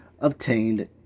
obtained